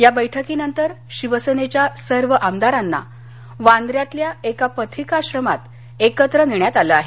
या बैठकीनंतर शिवेसेनेच्या सर्व आमदारांना वांद्र्यातल्या एका पथिकाश्रमात एकत्र नेण्यात आलं आहे